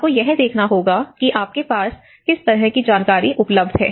आपको यह देखना होगा कि आपके पास किस तरह की जानकारी उपलब्ध है